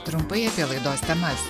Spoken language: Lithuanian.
trumpai apie laidos temas